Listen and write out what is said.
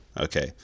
Okay